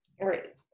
Right